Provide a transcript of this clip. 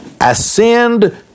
ascend